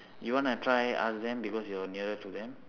you want to try ask them because you're nearer to them